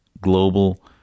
global